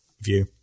view